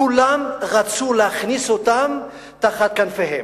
כולם רצו להכניס אותם תחת כנפיהם.